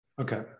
Okay